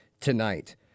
tonight